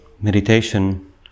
meditation